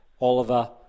Oliver